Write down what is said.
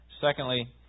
Secondly